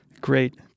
Great